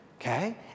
okay